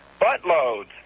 buttloads